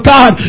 God